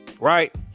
Right